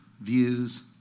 views